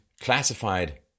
classified